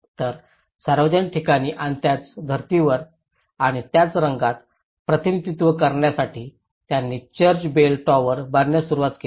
तर सार्वजनिक ठिकाणी आणि त्याच धर्तीवर आणि त्याच रंगात प्रतिनिधित्व करण्यासाठी त्यांनी चर्च बेल टॉवर बांधण्यास सुरवात केली